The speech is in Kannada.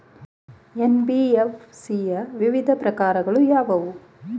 ಎನ್.ಬಿ.ಎಫ್.ಸಿ ಯ ವಿವಿಧ ಪ್ರಕಾರಗಳು ಯಾವುವು?